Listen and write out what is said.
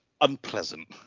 unpleasant